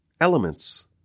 elements